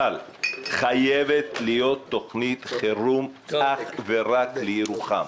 אבל חייבת להיות תוכנית חירום אך ורק לירוחם.